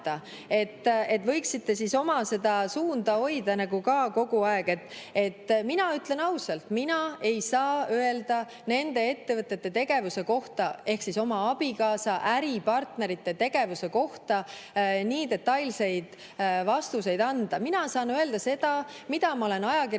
Võiksite oma seda suunda hoida nagu ka kogu aeg. Mina ütlen ausalt, et mina ei saa öelda nende ettevõtete tegevuse kohta ehk oma abikaasa äripartnerite tegevuse kohta nii detailseid vastuseid. Mina saan öelda seda, mida ma olen ajakirjandusest